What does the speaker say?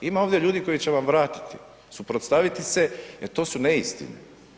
Ima ovdje ljudi koji će vam vratiti, suprotstaviti se jer to su neistine.